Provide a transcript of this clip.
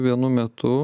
vienu metu